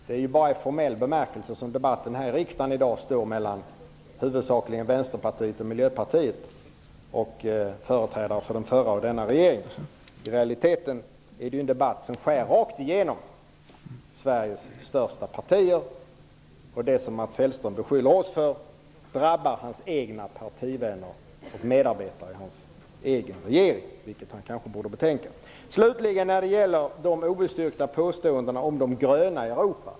Det är bara i formell bemärkelse som debatten här i dag i riksdagen står mellan huvudsakligen Vänsterpartiet och Miljöpartiet och företrädare för denna och den förra regeringen. I realiteten är det en debatt som sker rakt igenom Sveriges största partier. Det som Mats Hellström beskyller oss för drabbar hans egna partivänner och medarbetare i hans egen regering, vilket han kanske borde betänka. Slutligen har vi de obestyrkta påståendena om de gröna i Europa.